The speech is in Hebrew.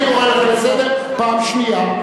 אני קורא אותך לסדר פעם שנייה.